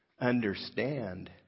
understand